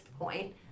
point